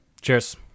cheers